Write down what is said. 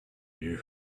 you